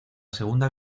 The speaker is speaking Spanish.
segunda